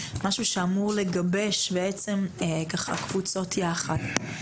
משהו שאמור לגבש בעצם ככה קבוצות יחד.